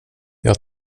jag